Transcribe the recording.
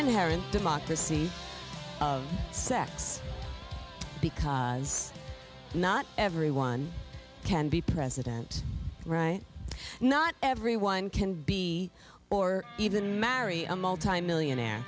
inherent democracy of sects because not everyone can be president right not everyone can be or even marry a multimillionaire